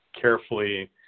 carefully